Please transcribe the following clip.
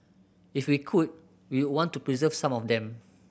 if we could we'd want to preserve some of them